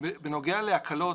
בנוגע להקלות,